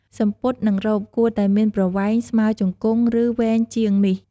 សំពត់ និង រ៉ូបគួរតែមានប្រវែងស្មើជង្គង់ ឬ វែងជាងនេះ។